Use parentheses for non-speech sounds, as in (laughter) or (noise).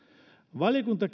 valiokunta (unintelligible)